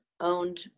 owned